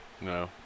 No